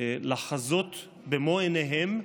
לחזות במו עיניהם,